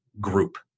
group